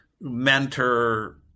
mentor